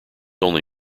only